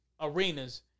arenas